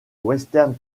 western